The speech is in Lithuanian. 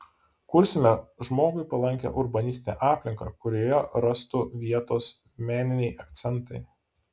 kursime žmogui palankią urbanistinę aplinką kurioje rastų vietos meniniai akcentai